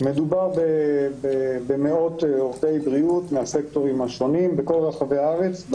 מדובר במאות עובדי בריאות מהסקטורים השונים בכל רחבי הארץ,